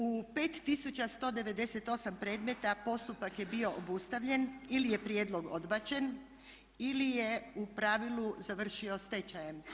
U 5198 predmeta postupak je bio obustavljen ili je prijedlog odbačen ili je u pravilu završio stečajem.